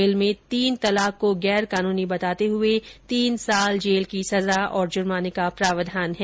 bill में तीन तलाक को गैर कानूनी बताते हुए तीन साल जेल की सजा और जुर्माने का प्रावधान किया गया है